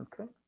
Okay